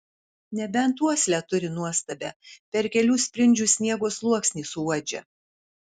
nebent uoslę turi nuostabią per kelių sprindžių sniego sluoksnį suuodžia